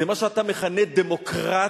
זה מה שאתה מכנה: דמוקרטיה.